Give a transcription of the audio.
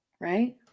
right